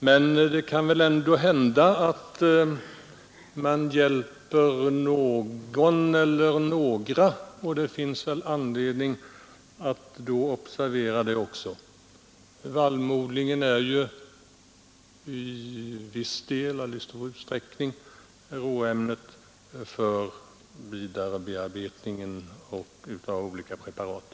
Men det kan väl ändå hända att man hjälper någon eller några, och det finns väl då anledning att också observera denna sak. Vallmoodlingen ger ju i stor utsträckning råämnet för vidarebearbetningen av olika preparat.